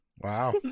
Wow